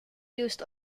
used